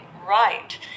right